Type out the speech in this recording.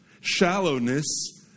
shallowness